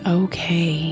okay